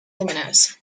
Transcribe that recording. luminous